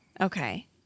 Okay